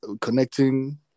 connecting